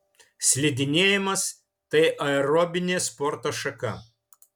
slidinėjimas tai aerobinė sporto šaka